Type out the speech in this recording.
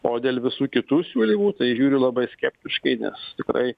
o dėl visų kitų siūlymų tai žiūriu labai skeptiškai nes tikrai